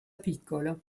piccolo